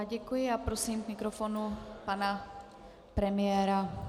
Děkuji a prosím k mikrofonu pana premiéra.